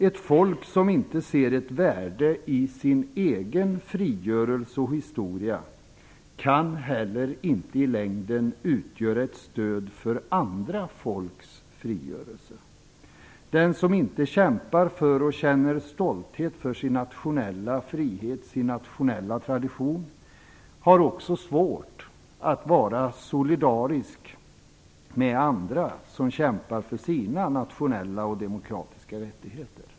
Ett folk som inte ser ett värde i sin egen frigörelse och historia kan heller inte i längden utgöra ett stöd för andra folks frigörelse. Den som inte kämpar för och känner stolthet över sin nationella frihet och sin nationella tradition, har också svårt att vara solidarisk med andra som kämpar för sina nationella och demokratiska rättigheter.